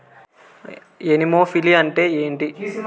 Anemophily అంటే ఏంటి?